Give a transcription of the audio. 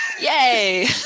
Yay